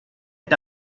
est